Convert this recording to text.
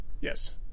yes